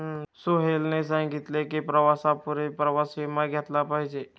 सोहेलने सांगितले की, प्रवासापूर्वी प्रवास विमा घेतला पाहिजे